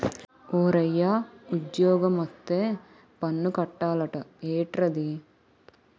ఓరయ్యా ఉజ్జోగమొత్తే పన్ను కట్టాలట ఏట్రది